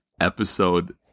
episode